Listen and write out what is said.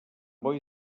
boi